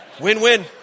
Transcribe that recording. Win-win